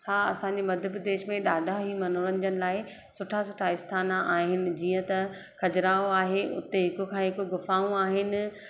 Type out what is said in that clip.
हा असांजे मध्य प्रदेश में ॾाढा ई मनोरंजन लाइ सुठा सुठा स्थान आहिनि जीअं त खजुराहो आहे हुते हिक खां हिकु गुफ़ाऊं आहिनि